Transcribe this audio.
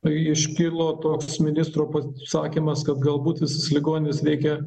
kai iškilo toks ministro pasisakymas kad galbūt visas ligonines reikia